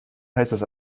heißes